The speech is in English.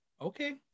okay